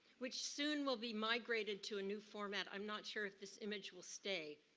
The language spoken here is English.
which soon will be migrated to a new format. i'm not sure if this image will stay.